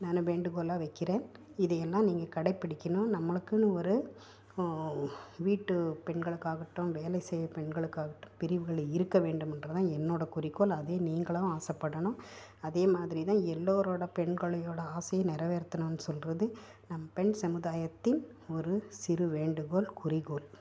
நான் வேண்டுகோளாக வைக்கிறேன் இதை எல்லாம் நீங்கள் கடைப்பிடிக்கணும் நம்மளுக்குன்னு ஒரு வீட்டு பெண்களுக்காகட்டும் வேலை செய்யும் பெண்களுக்காகட்டும் பிரிவுகள் இருக்க வேண்டும் என்றுதான் என்னோட குறிக்கோள் அதே நீங்களும் ஆசைப்படணும் அதே மாதிரிதான் எல்லோரோட பெண்களையோட ஆசையையும் நிறைவேறத்தணுன்னு சொல்கிறது நம் பெண் சமுதாயத்தின் ஒரு சிறு வேண்டுகோள் குறிக்கோள்